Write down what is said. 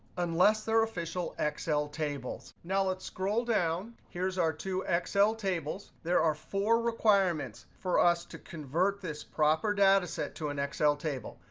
unless they're official excel tables. now, let's scroll down. here's our two excel tables. there are four requirements for us to convert this proper data set to an excel table.